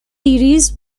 series